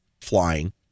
flying